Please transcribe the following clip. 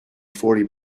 forty